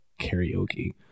karaoke